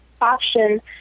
option